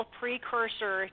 precursor